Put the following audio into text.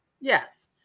Yes